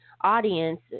audience